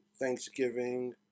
Thanksgiving